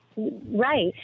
Right